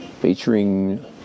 featuring